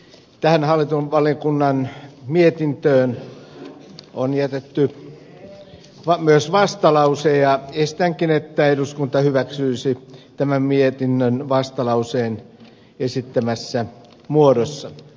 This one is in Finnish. tähän hallintovaliokunnan mietintöön on jätetty myös vastalause ja esitänkin että eduskunta hyväksyisi tämän mietinnön vastalauseen esittämässä muodossa